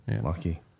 lucky